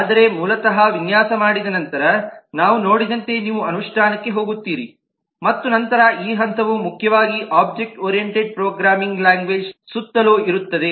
ಆದರೆ ಮೂಲತಃ ವಿನ್ಯಾಸ ಮಾಡಿದ ನಂತರ ನಾವು ನೋಡಿದಂತೆ ನೀವು ಅನುಷ್ಠಾನಕ್ಕೆ ಹೋಗುತ್ತೀರಿ ಮತ್ತು ನಂತರ ಈ ಹಂತವು ಮುಖ್ಯವಾಗಿ ಒಬ್ಜೆಕ್ಟ್ ಓರಿಯಂಟೆಡ್ ಪ್ರೋಗ್ರಾಮಿಂಗ್ ಲ್ಯಾಂಗ್ವೇಜ್ ಸುತ್ತಲೂ ಇರುತ್ತದೆ